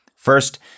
First